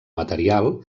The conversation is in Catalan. material